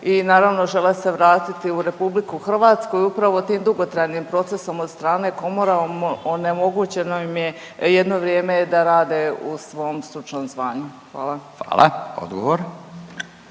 i naravno žele se vratiti u Republiku Hrvatsku. I upravo tim dugotrajnim procesom od strane komore onemogućeno im je jedno vrijeme da rade u svom stručnom zvanju. Hvala. **Radin,